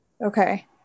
Okay